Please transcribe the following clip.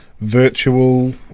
virtual